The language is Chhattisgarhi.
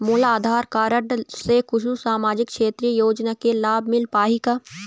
मोला आधार कारड से कुछू सामाजिक क्षेत्रीय योजना के लाभ मिल पाही का?